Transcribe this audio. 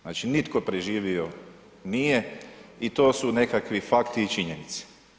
Znači nitko preživio nije i to su nekakvi fakti i činjenice.